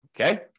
Okay